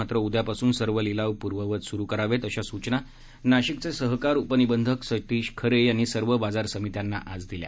मात्र उद्यापासून सर्व लिलाव पूर्ववत सुरू करावेत अशा सूचना नाशिकचे सहकार उपनिबंधक सतीश खरे यांनी सर्व बाजार समित्यांना आज दिल्या